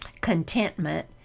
contentment